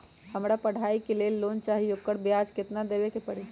हमरा पढ़ाई के लेल लोन चाहि, ओकर ब्याज केतना दबे के परी?